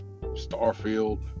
Starfield